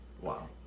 Wow